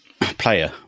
player